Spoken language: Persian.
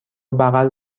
بغل